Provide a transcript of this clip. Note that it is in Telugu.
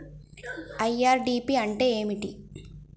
ఐ.ఆర్.డి.పి అంటే ఏమిటి?